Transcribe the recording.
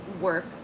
work